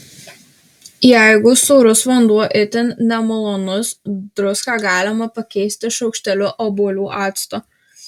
jeigu sūrus vanduo itin nemalonus druską galima pakeisti šaukšteliu obuolių acto